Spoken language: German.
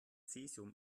cäsium